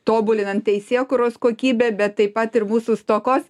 tobulinant teisėkūros kokybę bet taip pat ir mūsų stokos